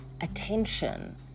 attention